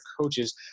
coaches